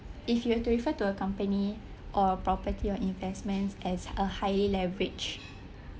if you are to refer to a company or property or investments as a highly leverage